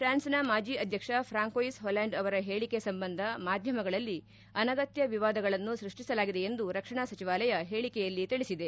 ಪ್ರಾನ್ಸ್ನ ಮಾಜಿ ಅಧ್ಯಕ್ಷ Francois Hollande ಅವರ ಹೇಳಿಕೆ ಸಂಬಂಧ ಮಾಧ್ಯಮಗಳಲ್ಲಿ ಅನಗತ್ಯ ವಿವಾದಗಳನ್ನು ಸ್ಯಷ್ಟಿಸಲಾಗಿದೆ ಎಂದು ರಕ್ಷಣಾ ಸಚಿವಾಲಯ ಹೇಳಿಕೆಯಲ್ಲಿ ತಿಳಿಸಿದೆ